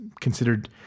considered